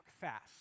fast